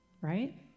right